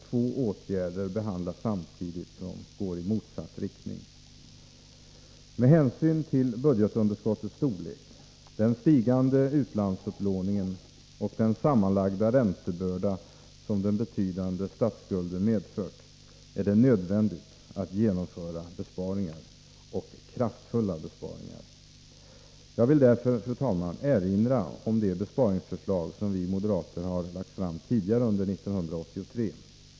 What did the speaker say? Två åtgärder som går i motsatt riktning behandlas alltså samtidigt. Med hänsyn till budgetunderskottets storlek, den stigande utlandsupplåningen och den sammanlagda räntebörda som den betydande statsskulden medfört är det nödvändigt att genomföra besparingar — kraftfulla sådana. Jag vill därför erinra om de besparingsförslag som vi moderater har framlagt tidigare under 1983.